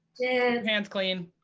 and hands clean.